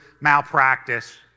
malpractice